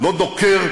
לא דוקר,